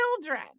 children